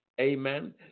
Amen